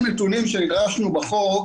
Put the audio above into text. שנדרשנו בחוק,